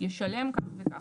ישלם כך וכך.